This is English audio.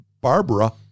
Barbara